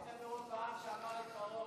יש לנו רוב בעם שאמר את דברו.